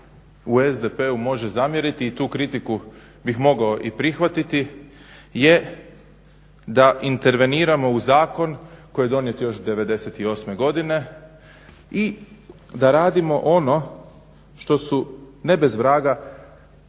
u SDP-u može zamjeriti i tu kritiku bih mogao i prihvatiti je da interveniramo u zakon koji je donijet još '98. godine i da radimo ono što su ne bez vraga